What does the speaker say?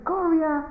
Korea